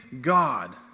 God